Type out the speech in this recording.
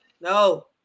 No